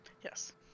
yes